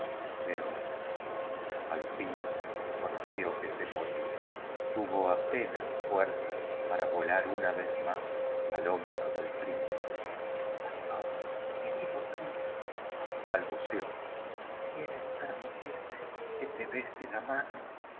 pero al fin conoció que se moría tuvo apenas fuerza para volar tina vez más id hombro del prín cipe jadiós querido príncipe balbuceó quierés permitirme que te bese la mano